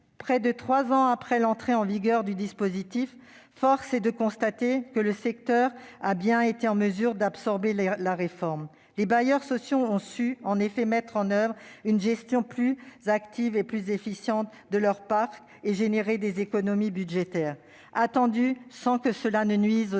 Près de trois ans après l'entrée en vigueur du dispositif, force est de constater que le secteur a bien été en mesure d'absorber la réforme. À quel coût ! En effet, les bailleurs sociaux ont su mettre en oeuvre une gestion plus active et plus efficace de leur parc et générer les économies budgétaires attendues, sans que cela nuise aux